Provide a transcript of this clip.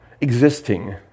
existing